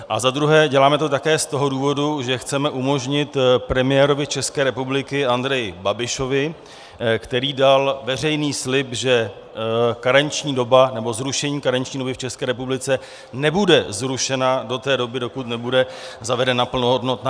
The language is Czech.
A za druhé, děláme to také z toho důvodu, že chceme umožnit premiérovi České republiky Andreji Babišovi, který dal veřejný slib, že karenční doba, nebo zrušení karenční doby v České republice, nebude zrušena do té doby, dokud nebude zavedena plnohodnotná eNeschopenka.